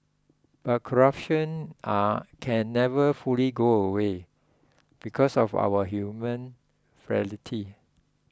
but corruption are can never fully go away because of our human frailty